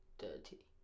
Dirty